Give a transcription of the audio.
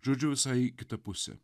žodžiu visai į kitą pusę